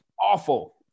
awful